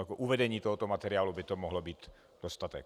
K uvedení tohoto materiálu by to mohl být dostatek.